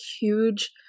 huge